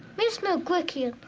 miss malquikium.